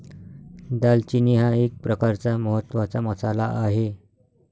दालचिनी हा एक प्रकारचा महत्त्वाचा मसाला आहे